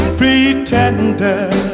pretender